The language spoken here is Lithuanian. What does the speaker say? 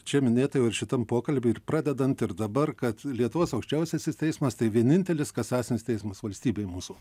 čia minėta jau ir šitam pokalby ir pradedant ir dabar kad lietuvos aukščiausiasis teismas tai vienintelis kasacinis teismas valstybėj mūsų